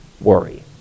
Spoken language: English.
worry